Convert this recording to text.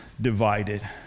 divided